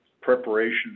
preparation